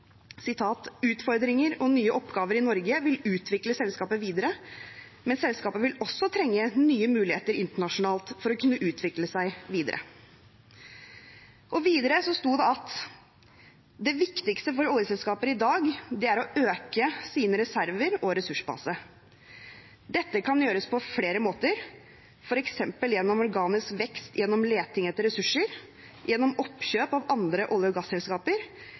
og nye oppgaver i Norge vil utvikle selskapet videre, men selskapet vil også trenge nye muligheter internasjonalt for å kunne utvikle seg videre.» Videre stod det: «Det viktigste for oljeselskaper i dag er å øke sine reserver og ressursbase. Dette kan gjøres på flere måter, for eksempel gjennom organisk vekst gjennom leting etter ressurser, gjennom oppkjøp av andre olje- og gasselskaper